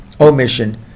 omission